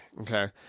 Okay